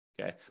Okay